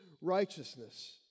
righteousness